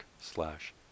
slash